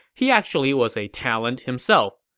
he actually was a talent himself.